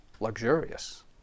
luxurious